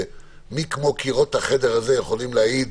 ומי כמו קירות החדר הזה יכולים להעיד